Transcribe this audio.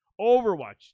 Overwatch